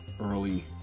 early